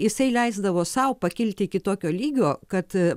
jisai leisdavo sau pakilti iki tokio lygio kad